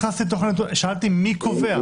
שאלתי, מי קובע?